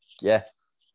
Yes